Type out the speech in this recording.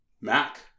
Mac